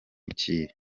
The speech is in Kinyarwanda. ikihe